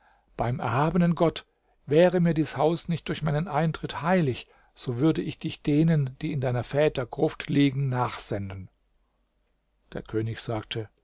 beim erhabenen gott wäre mir dies haus nicht durch meinen eintritt heilig so würde ich dich denen die in deiner väter gruft liegen nachsenden der könig sagte